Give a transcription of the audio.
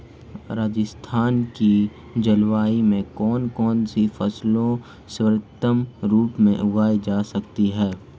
राजस्थान की जलवायु में कौन कौनसी फसलें सर्वोत्तम रूप से उगाई जा सकती हैं?